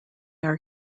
are